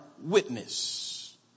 witness